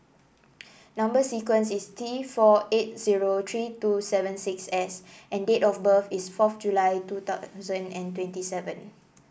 number sequence is T four eight zero three seven two six S and date of birth is fourth July two thousand and twenty seven